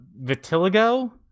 Vitiligo